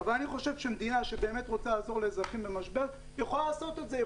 מדינה שבאמת רוצה לעזור לאזרחים במשבר יכולה לעשות זאת.